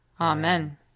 Amen